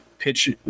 pitch